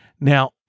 Now